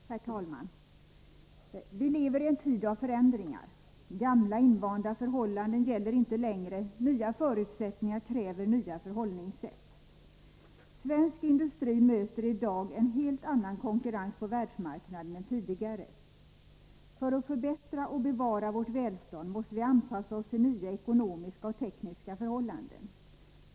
Herr talman! Vilever i en tid av förändringar; gamla, invanda förhållanden gäller inte längre. Nya förutsättningar kräver nya förhållningssätt. Svensk industri möter i dag en helt annan konkurrens på världsmarknaden än tidigare. För att bevara och förbättra vårt välstånd måste vi anpassa oss till nya ekonomiska och tekniska förhållanden.